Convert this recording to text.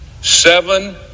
seven